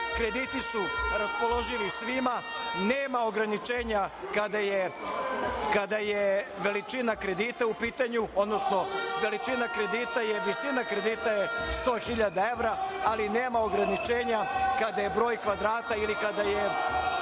krediti su raspoloživi svima, nema ograničenja kada je veličina kredita u pitanju, odnosno veličina kredita, visina kredita je 100.000 evra ali nema ograničenja kada je broj kvadrata ili kada je